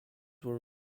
were